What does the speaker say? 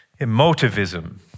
Emotivism